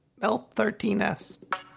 l13s